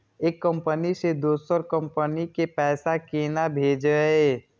एक कंपनी से दोसर कंपनी के पैसा केना भेजये?